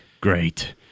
Great